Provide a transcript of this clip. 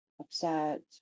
upset